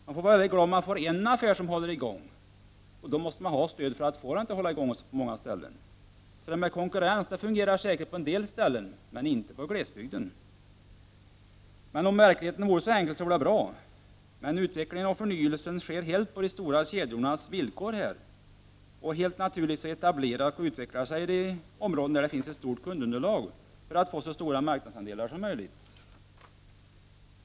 Man får vara mycket glad om en affär håller i gång, och på många orter måste man ge affären stöd för att den skall göra det. Konkurrensen fungerar säkert på en del orter, men inte i glesbygden. Om verkligheten vore så enkel, skulle det vara bra. Utvecklingen och förnyelsen sker helt på de stora kedjornas villkor. Helt naturligt etablerar och utvecklar de sig inom områden där det finns ett stort kundunderlag, så att de kan få så stora marknadsandelar som möjligt.